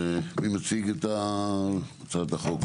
מי מציג את הצעת החוק?